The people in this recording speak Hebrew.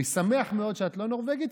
אני שמח מאוד שאת לא נורבגית,